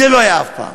זה לא היה אף פעם.